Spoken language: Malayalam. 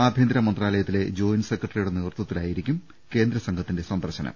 ആഭൃന്തര മന്ത്രാലയത്തിലെ ജോയിന്റ് സെക്രട്ടറിയുടെ നേതൃത്വത്തിലായിരിക്കും കേന്ദ്രസംഘത്തിന്റെ സന്ദർശനം